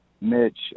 Mitch